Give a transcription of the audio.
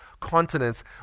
continents